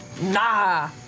nah